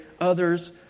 others